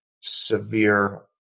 severe